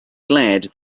glad